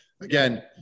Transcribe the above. again